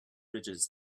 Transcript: ridges